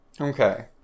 Okay